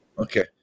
okay